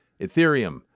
Ethereum